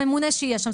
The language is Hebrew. הממונה שיהיה שם,